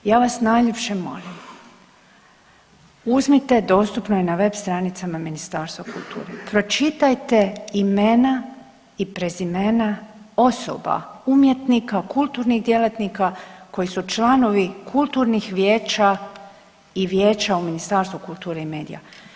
Ja vas najljepše molim uzmite dostupno je na web stranicama Ministarstva kulture, pročitajte imena i prezimena osoba umjetnika kulturnih djelatnika koji su članovi kulturnih vijeća i vijeća u Ministarstvu kulture i medija.